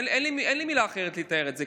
אין לי מילה אחרת לתאר את זה.